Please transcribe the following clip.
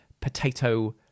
potato